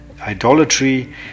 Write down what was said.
idolatry